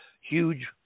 huge